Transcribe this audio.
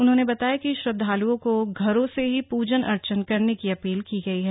उन्होने बताया की श्रद्वालुओं को घरों से ही पूजन अर्चन करने की अपील की गई है